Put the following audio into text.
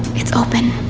it's open!